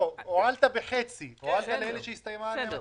הועלת בחצי, הועלת למי שהסתיימה התקופה.